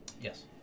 Yes